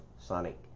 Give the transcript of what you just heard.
Sonic